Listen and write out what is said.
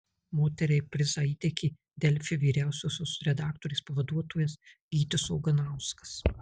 moteriai prizą įteikė delfi vyriausiosios redaktorės pavaduotojas gytis oganauskas